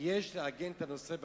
ויש לעגן את הנושא בחקיקה,